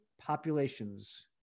populations